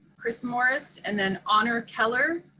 chris morris, and then honor keller.